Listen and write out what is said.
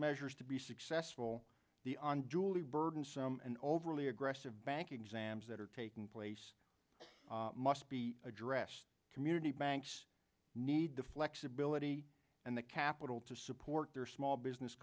measures to be successful the on julie burdensome and overly aggressive bank exams that are taking place must be addressed community banks need the flexibility and the capital to support their small business